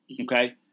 Okay